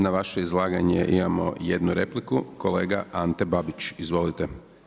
Na vaše izlaganje imamo 1 repliku, kolega Ante Babić, izvolite.